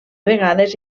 vegades